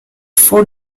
four